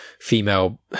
female